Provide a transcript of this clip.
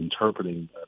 interpreting